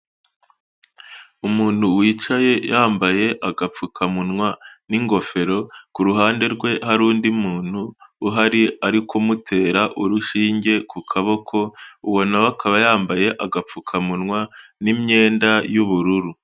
Umuntu wicaye yambaye agapfukamunwa n'ingofero kuruhande rwe hari undi muntu uhari ari kumutera urushinge ku kaboko, uwo nawe akaba yambaye agapfukamunwa n'imyenda y'ubururu.